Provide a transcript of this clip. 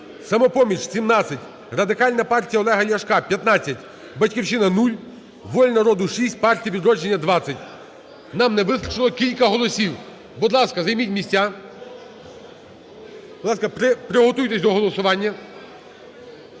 "Самопоміч" – 17, Радикальна партія Олега Ляшка – 15, "Батьківщина" – 0, "Воля народу" – 6, Партія "Відродження" – 20. Нам не вистачило кілька голосів. Будь ласка, займіть місця. Будь ласка, приготуйтесь до голосування.